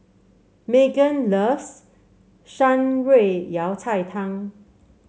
Meggan loves Shan Rui Yao Cai Tang